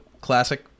classic